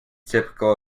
typical